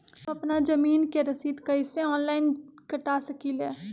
हम अपना जमीन के रसीद कईसे ऑनलाइन कटा सकिले?